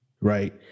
right